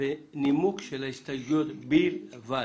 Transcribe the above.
בנימוק של ההסתייגויות בלבד.